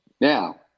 Now